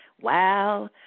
wow